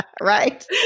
Right